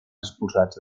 expulsats